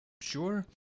sure